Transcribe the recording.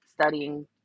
studying